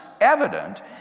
evident